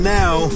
now